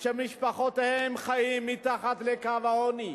שמשפחותיהם חיות מתחת לקו העוני,